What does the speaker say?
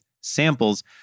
samples